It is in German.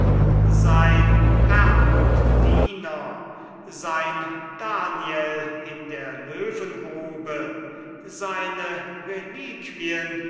sein herr und diener sein daniel in der löwengrube seine reliquien